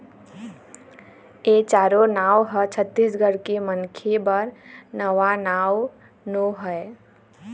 ए चारो नांव ह छत्तीसगढ़ के मनखे बर नवा नांव नो हय